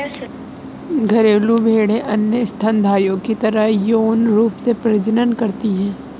घरेलू भेड़ें अन्य स्तनधारियों की तरह यौन रूप से प्रजनन करती हैं